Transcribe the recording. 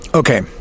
Okay